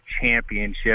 Championship